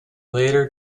later